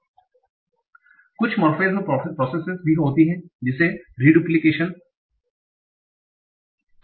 कुछ morphological processes morphological processes रूपात्मक प्रक्रियाएँ भी होती हैं जैसे रिडूप्लीकेशन reduplication पुनर्वितरण